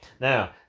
Now